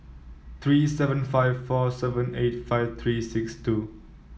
three seven five four seven eight five three six two